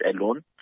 alone